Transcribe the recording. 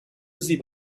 zip